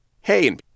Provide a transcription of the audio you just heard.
hey